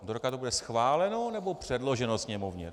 Do roka to bude schváleno, nebo předloženo Sněmovně?